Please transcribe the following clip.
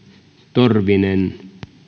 torvinen